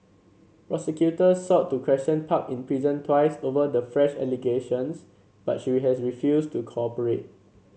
prosecutors sought to question park in prison twice over the fresh allegations but she has refused to cooperate